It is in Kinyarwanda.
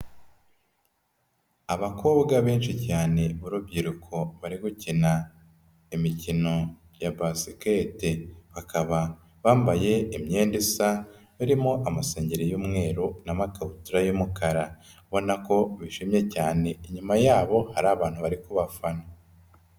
Abakobwa benshi cyane b'urubyiruko bari gukina imikino ya basket, bakaba bambaye imyenda isa irimo amasengeri y'umweru n'amakabutura y'umukara, ubona ko bishimye cyane, inyuma yabo hari abantu bari ku bafana.